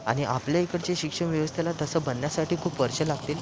आणि आपल्या इकडची शिक्षण व्यवस्थेला तसं बनण्यासाठी खूप वर्षं लागतील